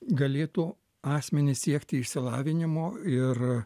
galėtų asmenys siekti išsilavinimo ir